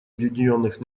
объединенных